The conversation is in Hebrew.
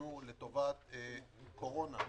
שיינתנו לטובת קורונה,